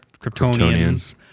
Kryptonians